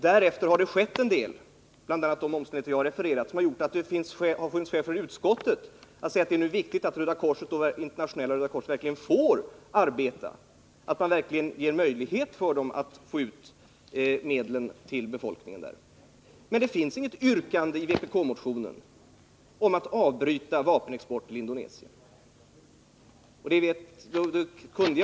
Därefter har det skett en del — bl.a. de omständigheter som jag har refererat — som har gjort att det funnits skäl för utskottet att förklara att det är viktigt att Internationella röda korset verkligen får arbeta och får möjlighet att överlämna medlen till befolkningen. Men det finns i vpk-motionen inget yrkande om att avbryta vapenexporten till Indonesien.